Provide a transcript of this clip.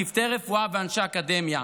צוותי רפואה ואנשי אקדמיה,